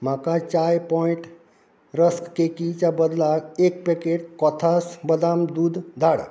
म्हाका चाय point rusk केकीच्या बदला एक पॅकेट कोथास बदाम दूद धाड